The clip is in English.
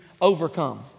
overcome